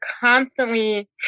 constantly